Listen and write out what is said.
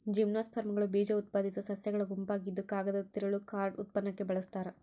ಜಿಮ್ನೋಸ್ಪರ್ಮ್ಗಳು ಬೀಜಉತ್ಪಾದಿಸೋ ಸಸ್ಯಗಳ ಗುಂಪಾಗಿದ್ದುಕಾಗದದ ತಿರುಳು ಕಾರ್ಡ್ ಉತ್ಪನ್ನಕ್ಕೆ ಬಳಸ್ತಾರ